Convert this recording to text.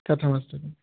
तथा मास्तु भोः